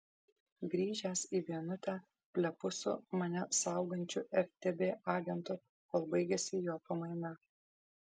grįžęs į vienutę plepu su mane saugančiu ftb agentu kol baigiasi jo pamaina